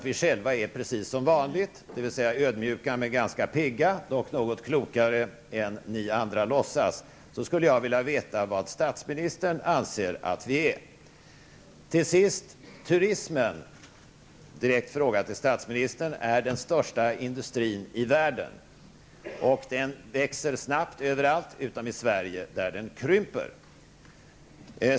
Vi är precis som vanligt, dvs. ödmjuka men ganska pigga -- dock något klokare än vad ni andra låtsas vara. Jag skulle vilja veta vad statsministern anser att vi är. Jag har en direkt fråga till statsministern om turismen. Turismen är den största industrin i världen. Den växer snabbt över allt utom i Sverige, där den krymper.